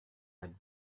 had